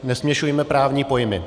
Nesměšujme právní pojmy.